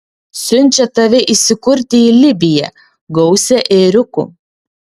siunčia tave įsikurti į libiją gausią ėriukų